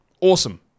Awesome